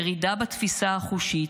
ירידה בתפיסה החושית,